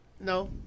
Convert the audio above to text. No